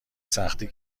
سختی